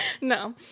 No